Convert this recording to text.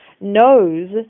knows